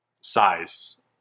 size